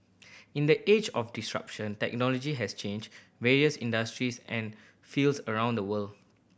in the age of disruption technology has changed various industries and fields around the world